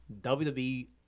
WWE